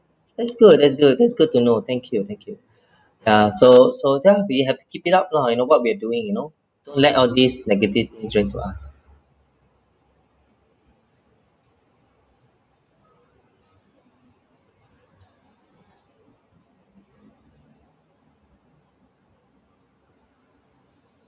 that's good that's good that's good to know thank you thank you ya so so ya we have to keep it up lah you know what we are doing you know don't let all these negative things get to us